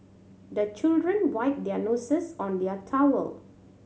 the children wipe their noses on their towel